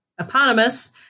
Eponymous